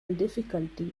difficulty